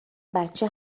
بچه